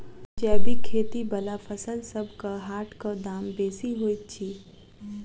जैबिक खेती बला फसलसबक हाटक दाम बेसी होइत छी